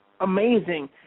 amazing